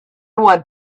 want